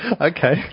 Okay